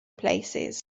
places